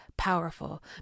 powerful